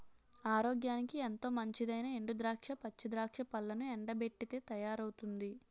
ఆరోగ్యానికి ఎంతో మంచిదైనా ఎండు ద్రాక్ష, పచ్చి ద్రాక్ష పళ్లను ఎండబెట్టితే తయారవుతుంది